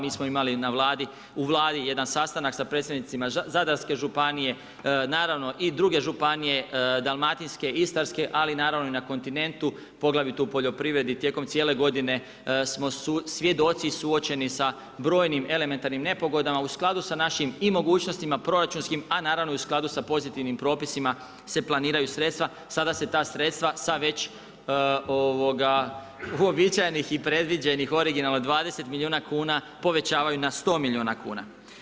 Mi smo imali u Vladi jedan sastanak sa … Zadarske županije, naravno i druge županije Dalmatinske, istarske, ali naravno i na kontinentu poglavito u poljoprivredi, tijekom cijele godine smo svjedoci i suočeni sa brojnim elementarnim nepogodama u skladu sa našim i mogućnostima proračunskim a naravno i u skladu sa pozitivnim propisima se planiraju sredstva, sada se ta sredstva sa već uobičajenih i predviđenih originalno 20 milijuna kuna povećavaju na 100 milijuna kuna.